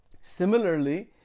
Similarly